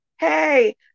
Hey